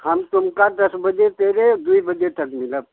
हम तुमका दस बजे सेदो बजे तक मिलब